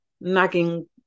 nagging